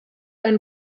einen